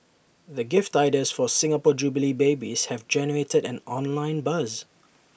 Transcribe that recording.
the gift ideas for Singapore jubilee babies have generated an online buzz